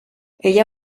ella